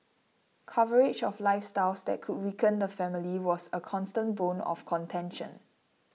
coverage of lifestyles that could weaken the family was a constant bone of contention